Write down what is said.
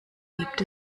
gibt